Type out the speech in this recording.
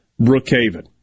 Brookhaven